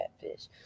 catfish